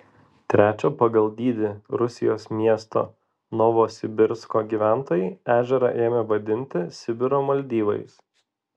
trečio pagal dydį rusijos miesto novosibirsko gyventojai ežerą ėmė vadinti sibiro maldyvais